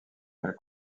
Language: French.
elle